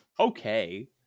okay